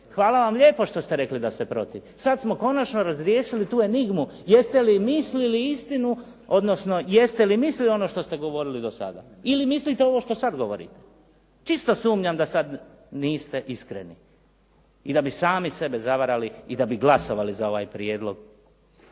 Hvala vam lijepo što ste rekli da ste protiv. Sad smo konačno razriješili tu enigmu, jeste li mislili istinu odnosno jeste li mislili ono što ste govorili do sada ili mislite ovo što sada govorite. Čisto sumnjam da sad niste iskreni i da bi sami sebe zavaravali i da bi glasovali za ovaj prijedlog